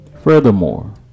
Furthermore